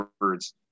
words